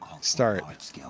start